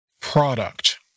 product